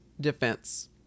defense